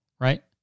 right